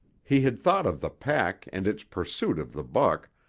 he had thought of the pack and its pursuit of the buck,